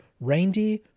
reindeer